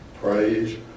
Praise